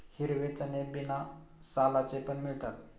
हिरवे चणे बिना सालांचे पण मिळतात